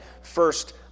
first